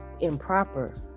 improper